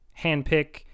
handpick